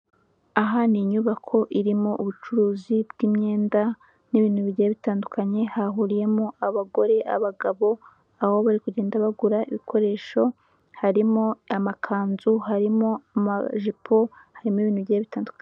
Aha ni inyubako irimo ubucuruzi bw'imyenda n'ibintu bigiye bitandukanye, hahuriyemo abagore, abagabo aho bari kugenda bagura ibikoresho, harimo amakanzu harimo amajipo harimo ibintu bigiye bitandukanye.